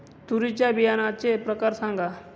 तूरीच्या बियाण्याचे प्रकार सांगा